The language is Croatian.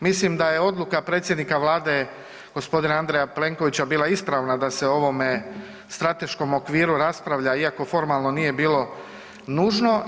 Mislim da je odluka predsjednika vlade g. Andreja Plenkovića bila ispravna da se o ovome strateškom okviru raspravlja iako formalno nije bilo nužno.